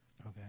Okay